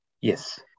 Yes